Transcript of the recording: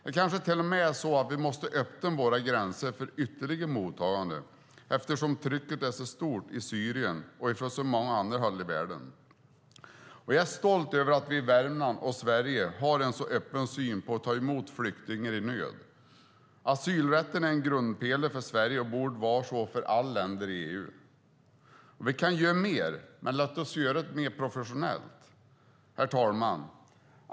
Det kanske till och med är så att vi måste öppna våra gränser för ytterligare mottagande, eftersom trycket år så stort i Syrien och på så många andra håll i världen. Jag är stolt över att vi i Värmland och Sverige har en så öppen syn när det gäller att ta emot flyktingar i nöd. Asylrätten är en grundpelare för Sverige och borde vara så för alla länder i EU. Vi kan göra mer, men låt oss göra det mer professionellt. Herr talman!